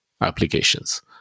applications